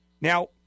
Now